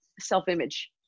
self-image